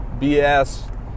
BS